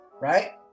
right